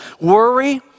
worry